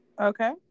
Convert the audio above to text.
Okay